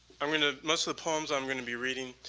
i'm going to most of the poems i'm going to be reading